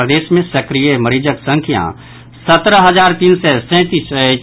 प्रदेश मे सक्रिय मरीजक संख्या सत्रह हजार तीन सय सैंतीस अछि